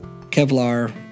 Kevlar